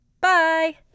bye